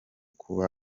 kuba